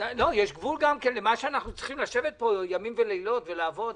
יש גבול למה שאנחנו צריכים לשבת פה ימים ולילות ולעבוד.